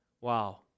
wow